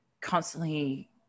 constantly